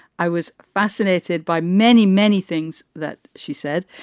i was fascinated by many, many things that she said,